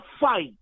fight